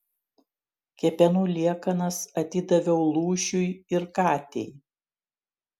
kepenų liekanas atidaviau lūšiui ir katei